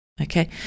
Okay